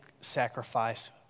sacrifice